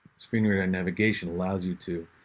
screen reader and navigation allows you to,